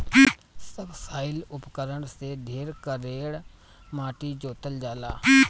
subsoil उपकरण से ढेर कड़ेर माटी जोतल जाला